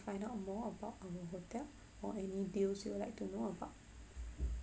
find out more about hotel or any deals you would like to know about